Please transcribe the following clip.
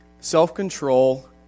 Self-control